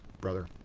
brother